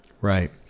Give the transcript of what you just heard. Right